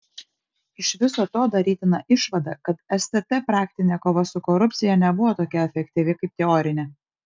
iš viso to darytina išvada kad stt praktinė kova su korupcija nebuvo tokia efektyvi kaip teorinė